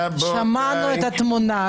שמענו את התמונה.